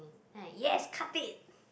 then I yes cut it